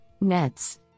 nets